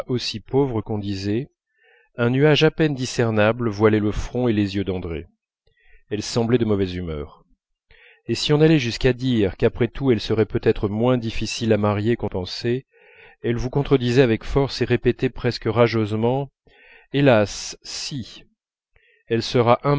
aussi pauvre qu'on disait un nuage à peine discernable voilait le front et les yeux d'andrée elle semblait de mauvaise humeur et si on allait jusqu'à dire qu'après tout elle serait peut-être moins difficile à marier qu'on pensait elle vous contredisait avec force et répétait presque rageusement hélas si elle sera